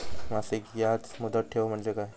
मासिक याज मुदत ठेव म्हणजे काय?